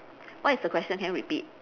what is the question can you repeat